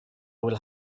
will